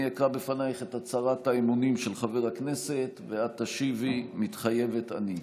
אני אקרא בפניך את הצהרת האמונים של חבר הכנסת ואת תשיבי "מתחייבת אני".